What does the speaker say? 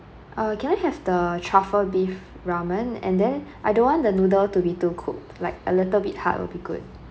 uh can I have the truffle beef ramen and then I don't want the noodle to be too cooked like a little bit hard would be good